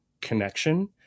connection